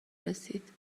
رسید